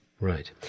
Right